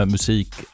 Musik